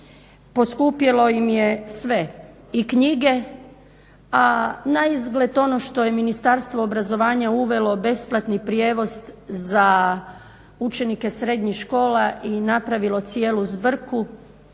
poskupjelo im je sve i knjige, a naizgled ono što je Ministarstvo obrazovanja uvelo besplatni prijevoz za učenike srednjih škola i napravilo cijelu zbrku